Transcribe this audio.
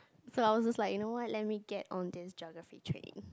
so I was just like you know what let me get on this Geography training